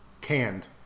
canned